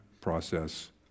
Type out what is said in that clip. process